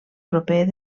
proper